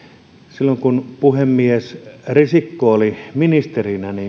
silloin kun puhemies risikko oli ministerinä